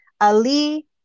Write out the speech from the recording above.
Ali